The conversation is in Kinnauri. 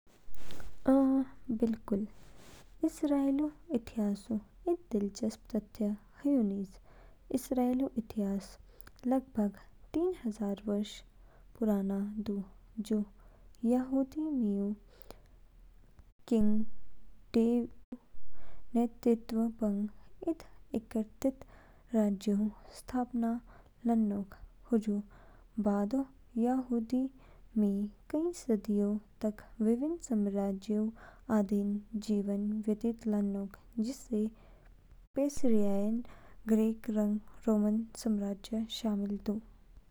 अ, बिल्कुल। मिस्रऊ इतिहासऊ इद दिलचस्प तथ्य ह्यू दू। मिस्रऊ प्राचीन सभ्यता लगभग इक्तीस सौ ईसा पूर्व इस शुरू हाचो, जब राजा मेनेस इस ऊपरी रंग निचले मिस्रऊ एकजुट लानोग। मिस्रऊ प्राचीन मी कई अद्वितीय उपलब्धियां हासिल लान्च, जू पिरामिडों निर्माण लान्च, ममीकरणऊ प्रक्रिया रंग विकास, ऐ हाइरोग्लिफिक्स लेखन प्रणालीऊ आविष्कार शामिल निज।